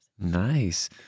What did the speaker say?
Nice